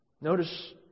Notice